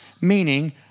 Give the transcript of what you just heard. meaning